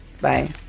Bye